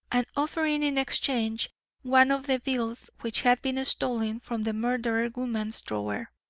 and offering in exchange one of the bills which had been stolen from the murdered woman's drawer.